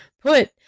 put